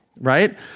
right